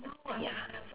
ya